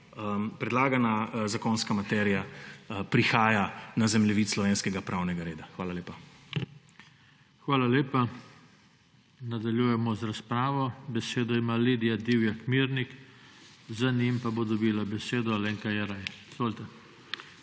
predlagana zakonska materija prihaja na zemljevid slovenskega pravnega reda. Hvala lepa. **PODPREDSEDNIK JOŽE TANKO:** Hvala lepa. Nadaljujemo z razpravo. Besedo ima Lidija Divjak Mirnik, za njo pa bo dobila besedo Alenka Jeraj. Izvolite.